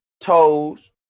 toes